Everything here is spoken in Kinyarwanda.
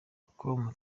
com